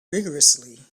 rigourously